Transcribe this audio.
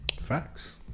Facts